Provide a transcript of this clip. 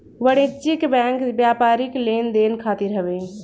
वाणिज्यिक बैंक व्यापारिक लेन देन खातिर हवे